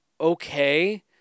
Okay